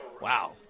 Wow